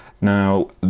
Now